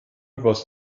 was